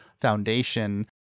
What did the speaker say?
Foundation